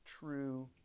true